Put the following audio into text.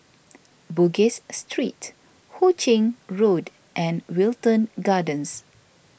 Bugis Street Hu Ching Road and Wilton Gardens